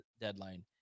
deadline